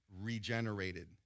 regenerated